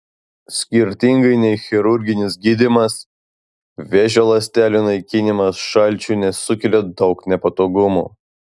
skirtingai nei chirurginis gydymas vėžio ląstelių naikinimas šalčiu nesukėlė daug nepatogumų